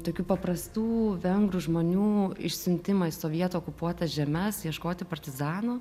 tokių paprastų vengrų žmonių išsiuntimą į sovietų okupuotas žemes ieškoti partizanų